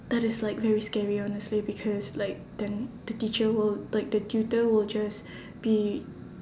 that is like very scary honestly because like then the teacher will like the tutor will just be